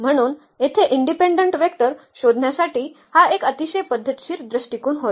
म्हणून येथे independent vector शोधण्यासाठी हा एक अतिशय पद्धतशीर दृष्टिकोन होता